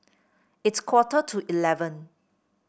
its quarter to eleven